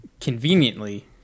conveniently